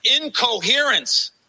Incoherence